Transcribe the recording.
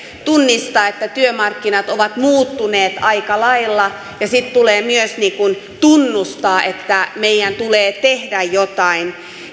tunnistaa että työmarkkinat ovat muuttuneet aika lailla ja sitten tulee myös tunnustaa että meidän tulee tehdä jotain